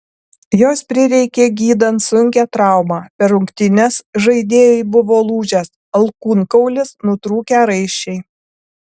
jos prireikė gydant sunkią traumą per rungtynes žaidėjui buvo lūžęs alkūnkaulis nutrūkę raiščiai